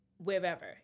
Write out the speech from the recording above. wherever